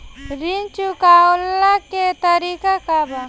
ऋण चुकव्ला के तरीका का बा?